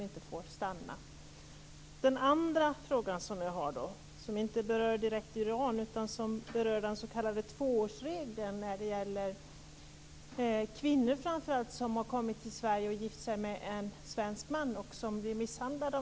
En annan fråga som inte direkt berör Iran utan som berör den s.k. tvåårsregeln som tillämpas när det gäller kvinnor som har kommit till Sverige och gift sig med en svensk man.